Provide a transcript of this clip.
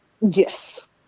yes